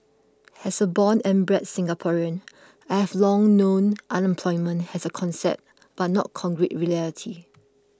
has a born and bred Singaporean I have long known unemployment has a concept but not concrete reality